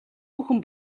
бүхэн